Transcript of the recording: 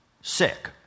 sick